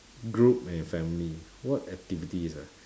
group and family what activities ah